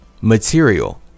material